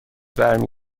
برمی